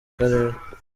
karere